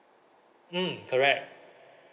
mm correct